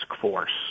force